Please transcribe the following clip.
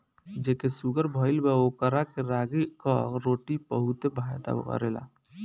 जेके शुगर भईल बा ओकरा के रागी कअ रोटी बहुते फायदा करेला